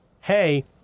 hey